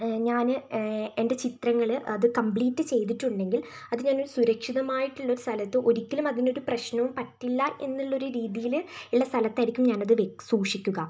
ഞാന് എൻ്റെ ചിത്രങ്ങള് അത് കംപ്ളീറ്റ് ചെയ്തിട്ടുണ്ടെങ്കിൽ അത് ഞാനൊരു സുരക്ഷിതമായിട്ടുള്ളൊരു സ്ഥലത്ത് ഒരിക്കലും അതിനൊരു പ്രശ്നവും പറ്റില്ലാ എന്നുള്ളൊരു രീതിയില് ഇളള സ്ഥലത്തായിരിക്കും ഞാനത് സൂക്ഷിക്കുക